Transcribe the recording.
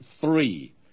three